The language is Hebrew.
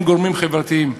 הם גורמים חברתיים.